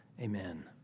Amen